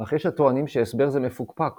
אך יש הטוענים שהסבר זה מפוקפק